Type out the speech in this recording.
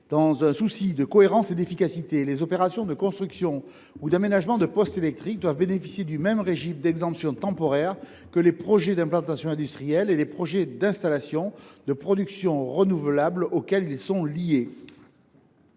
Dans un souci de cohérence et d’efficacité, les opérations de construction ou d’aménagement de postes électriques doivent bénéficier du même régime d’exemption temporaire que les projets industriels et les projets d’installation de production d’énergies renouvelables auxquels ils sont liés.